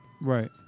Right